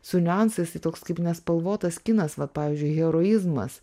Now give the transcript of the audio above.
su niuansais tai toks kaip nespalvotas kinas vat pavyzdžiui heroizmas